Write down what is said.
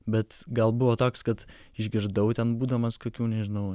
bet gal buvo toks kad išgirdau ten būdamas kokių nežinau